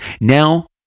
now